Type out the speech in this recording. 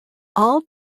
all